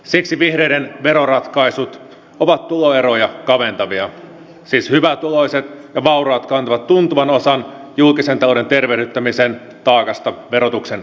siksi vihreiden veroratkaisut ovat tuloeroja kaventavia siis hyvätuloiset ja vauraat kantavat tuntuvan osan julkisen talouden tervehdyttämisen taakasta verotuksen kautta